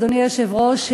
אדוני היושב-ראש,